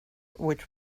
which